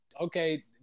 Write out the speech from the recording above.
Okay